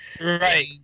right